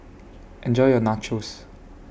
Enjoy your Nachos